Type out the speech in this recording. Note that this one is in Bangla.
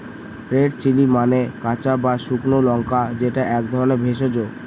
রেড চিলি মানে কাঁচা বা শুকনো লঙ্কা যেটা এক ধরনের ভেষজ